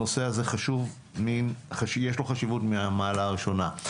הנושא הזה חשוב, ויש לו חשיבות מהמעלה הראשונה.